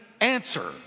answer